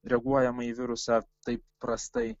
reaguojama į virusą taip prastai